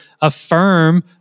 affirm